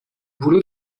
boulot